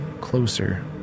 closer